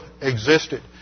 existed